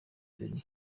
jolly